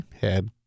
head